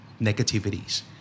negativities